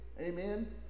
Amen